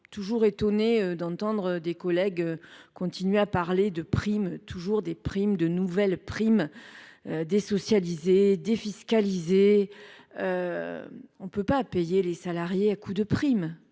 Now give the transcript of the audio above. je suis étonnée d’entendre des collègues continuer à parler toujours de nouvelles primes désocialisées, défiscalisées. On ne peut pas payer les salariés à coups de primes